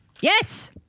Yes